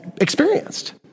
experienced